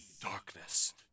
darkness